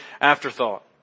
afterthought